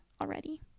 already